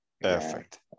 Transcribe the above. Perfect